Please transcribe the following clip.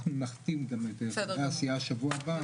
אנחנו נחתים גם את חברי הסיעה שבוע הבא ונגיש את זה.